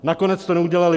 Nakonec to neudělali.